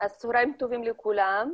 צהריים טובים לכולם.